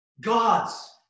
God's